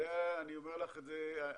שרה,